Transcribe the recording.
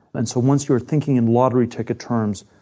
and so once you're thinking in lottery ticket terms,